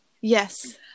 Yes